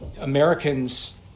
Americans